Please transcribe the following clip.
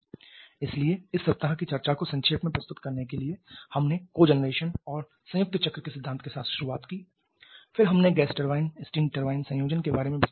इसलिए इस सप्ताह की चर्चा को संक्षेप में प्रस्तुत करने के लिए हमने कोजेनरेशन और संयुक्त चक्र के सिद्धांत के साथ शुरुआत की फिर हमने गैस टरबाइन स्टीम टरबाइन संयोजन के बारे में विस्तार से चर्चा की